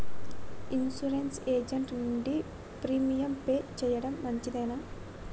Insurance agent నుండి premium pay చేయడం మంచిదేనా?